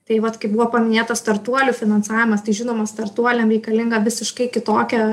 tai vat kaip buvo paminėtas startuolių finansavimas tai žinoma startuoliam reikalinga visiškai kitokia